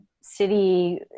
city